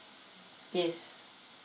yes